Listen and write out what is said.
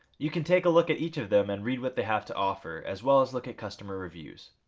you can take a look at each of them and read what they have to offer as well as look at customer reviews.